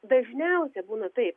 dažniausiai būna taip